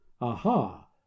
Aha